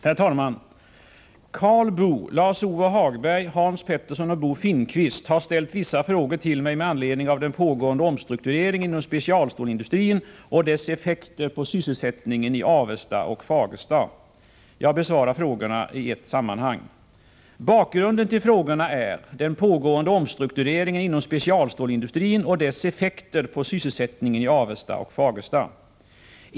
Herr talman! Karl Boo, Lars-Ove Hagberg, Hans Petersson i Hallstahammar och Bo Finnkvist har ställt vissa frågor till mig med anledning av den pågående omstruktureringen inom specialstålsindustrin och dess effekter på sysselsättningen i Avesta och Fagersta. Jag besvarar frågorna i ett sammanhang. Bakgrunden till frågorna är den pågående omstruktureringen inom specialstålsindustrin och dess effekter på sysselsättningen i Avesta och Fagersta.